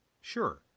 sure